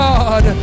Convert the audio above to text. God